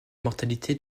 mortalité